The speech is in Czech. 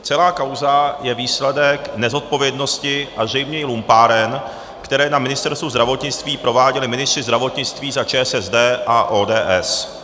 Celá kauza je výsledek nezodpovědnosti a zřejmě i lumpáren, které na Ministerstvu zdravotnictví prováděli ministři zdravotnictví za ČSSD a ODS.